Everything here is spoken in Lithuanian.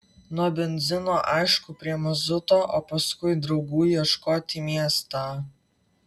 nuo benzino aišku prie mazuto o paskui draugų ieškot į miestą